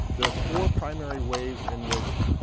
there are four primary ways in which